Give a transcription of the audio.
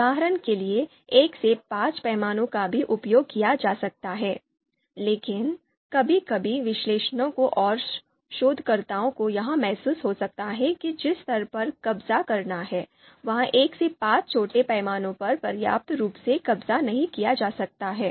उदाहरण के लिए 1 से 5 पैमाने का भी उपयोग किया जा सकता है लेकिन कभी कभी विश्लेषकों और शोधकर्ताओं को यह महसूस हो सकता है कि जिस स्तर पर कब्जा करना है वह इस 1 से 5 छोटे पैमाने पर पर्याप्त रूप से कब्जा नहीं किया जा सकता है